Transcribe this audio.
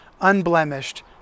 unblemished